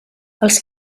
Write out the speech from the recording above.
els